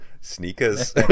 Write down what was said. sneakers